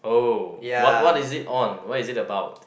oh what what is it on what is it about